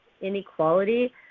inequality